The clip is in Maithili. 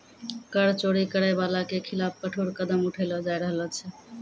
कर चोरी करै बाला के खिलाफ कठोर कदम उठैलो जाय रहलो छै